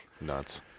Nuts